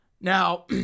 Now